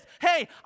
hey